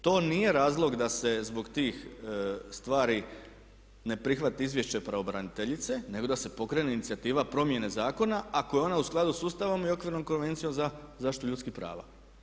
To nije razlog da se zbog tih stvari ne prihvati izvješće pravobraniteljice nego da se pokrene inicijativa promjene zakona ako je ona u skladu sa Ustavom i Okvirnom konvencijom za zaštitu ljudskih prava.